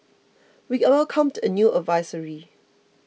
we welcomed the new advisory